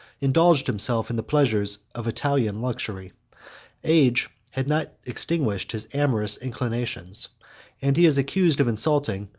indulged himself in the pleasures of italian luxury age had not extinguished his amorous inclinations and he is accused of insulting,